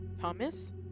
Thomas